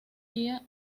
día